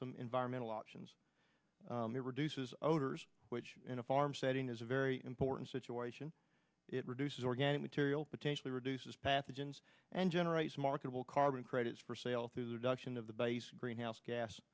some environmental options it reduces odors which in a farm setting is a very important situation it reduces organic material potentially reduces pathogens and generates marketable carbon credits for sale through duction of the base greenhouse gas